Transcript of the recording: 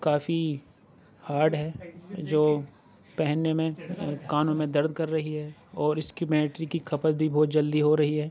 کافی hard ہے جو پہننے میں کانوں میں درد کر رہی ہے اور اِس کی بیٹری کی کھپت بھی بہت جلدی ہو رہی ہے